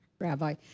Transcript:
rabbi